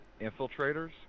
infiltrators